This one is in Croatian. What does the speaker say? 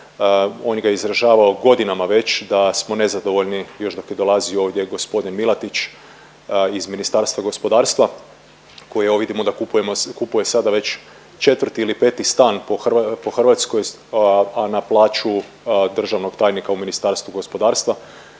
on ga je izražavao godinama već da smo nezadovoljni još dok je dolazio ovdje g. Milatić iz Ministarstva gospodarstva koje evo vidimo da kupujemo, kupuje sada već 4. ili 5. stan po Hrvatskoj, a na plaću državnog tajniku u Ministarstvu gospodarstva,